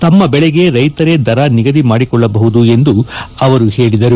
ತಮ್ಮ ಬೆಳೆಗೆ ರೈತರೇ ದರ ನಿಗದಿ ಮಾಡಿಕೊಳ್ಳಬಹುದು ಎಂದು ಅವರು ಹೇಳಿದರು